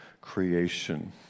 creation